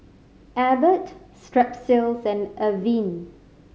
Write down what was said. Abbott Strepsils and Avene